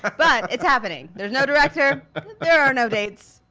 ah but, it's happening. there's no director. there are no dates.